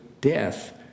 death